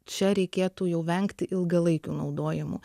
čia reikėtų jau vengti ilgalaikių naudojimų